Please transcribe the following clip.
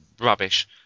rubbish